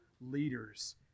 leaders